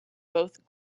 both